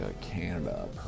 Canada